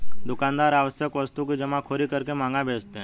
दुकानदार आवश्यक वस्तु की जमाखोरी करके महंगा बेचते है